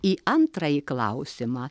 į antrąjį klausimą